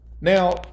Now